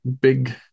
big